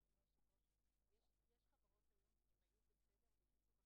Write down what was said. את רואה איזו חברת בנייה שנסגרת בגלל שיש